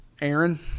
Aaron